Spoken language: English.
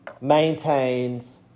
maintains